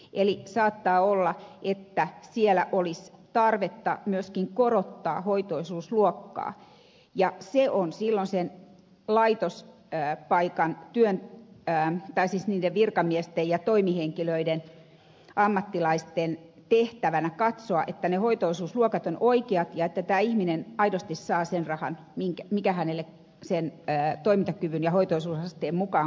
eli saattaa olla että siellä olisi tarvetta myöskin korottaa hoitoisuusluokkaa ja se on silloin sen laitospaikan virkamiesten ja toimihenkilöiden ammattilaisten tehtävänä katsoa että ne hoitoisuusluokat ovat oikeat ja että tämä ihminen aidosti saa sen rahan mikä hänelle sen toimintakyvyn ja hoitoisuusasteen mukaan kuuluu